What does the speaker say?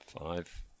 Five